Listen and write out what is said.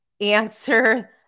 answer